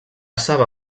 saba